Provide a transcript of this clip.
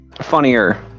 Funnier